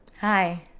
Hi